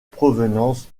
provenance